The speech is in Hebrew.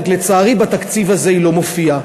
רק לצערי בתקציב הזה היא לא מופיעה.